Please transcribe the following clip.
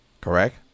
correct